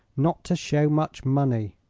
not to show much money.